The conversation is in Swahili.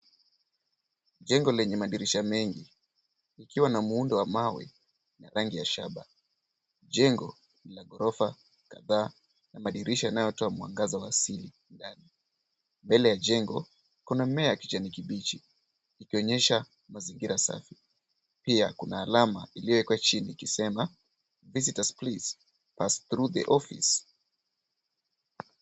Jengo lenye madirisha mengi likiwa na muundo wa mawe ya rangi ya shaba. Jengo ni la ghorofa kadhaa na madirisha yanayotoa mwangaza wa siri ndani .Mbele ya jengo kuna mmea ya kijani kibichi ikionyesha mazingira safi. Pia kuna alama iliyowekwa chini ikisema visitors please pass through the office .